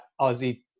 Aussie